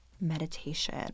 meditation